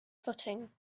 footing